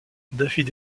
dafydd